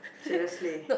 seriously